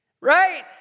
Right